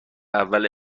اول